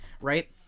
Right